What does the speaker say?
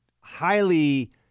highly